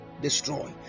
destroy